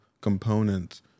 components